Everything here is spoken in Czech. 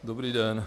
Dobrý den.